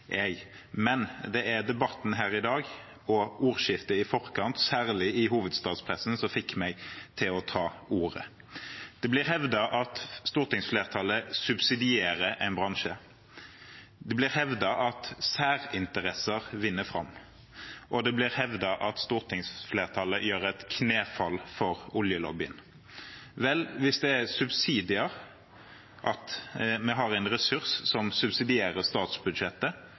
Men det var debatten her i dag og ordskiftet i forkant, særlig i hovedstadspressen, som fikk meg til å ta ordet. Det blir hevdet at stortingsflertallet subsidierer en bransje. Det blir hevdet at særinteresser vinner fram, og det blir hevdet at stortingsflertallet gjør knefall for oljelobbyen. Vel, hvis det er subsidier at vi har en ressurs som subsidierer statsbudsjettet,